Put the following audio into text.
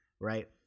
right